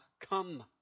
come